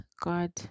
God